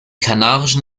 kanarischen